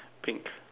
pink